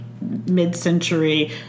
mid-century